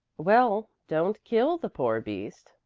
well, don't kill the poor beast,